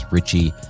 Richie